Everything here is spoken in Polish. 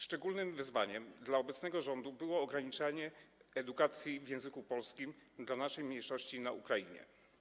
Szczególnym wyzwaniem dla obecnego rządu było ograniczanie edukacji w języku polskim dla naszej mniejszości na Ukrainie.